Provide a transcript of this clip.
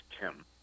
Tim